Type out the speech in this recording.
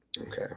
okay